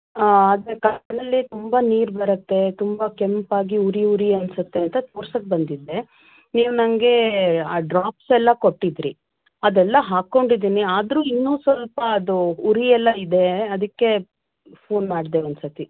ಅದೆ ಕಣ್ಣಲ್ಲಿ ತುಂಬ ನೀರು ಬರತ್ತೆ ತುಂಬ ಕೆಂಪಾಗಿ ಉರಿ ಉರಿ ಅನಿಸುತ್ತೆ ಅಂತ ತೋರಿಸೋಕ್ಕೆ ಬಂದಿದ್ದೆ ನೀವು ನನಗೆ ಆ ಡ್ರಾಪ್ಸ್ ಎಲ್ಲ ಕೊಟ್ಟಿದ್ದಿರಿ ಅದೆಲ್ಲ ಹಾಕೊಂಡಿದ್ದೀನಿ ಆದರೂ ಇನ್ನು ಸ್ವಲ್ಪ ಅದು ಉರಿ ಎಲ್ಲ ಇದೆ ಅದಕ್ಕೆ ಫೋನ್ ಮಾಡಿದೆ ಒಂದು ಸತಿ